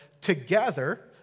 together